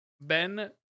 ben